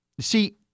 see